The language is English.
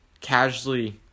casually